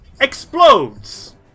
EXPLODES